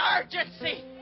urgency